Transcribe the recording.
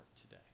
today